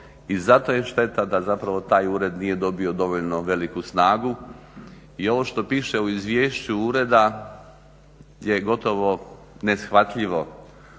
i zato je šteta da taj ured nije dobio dovoljno veliku snagu. I ovo što piše u izvješću ureda je gotovo neshvatljivo.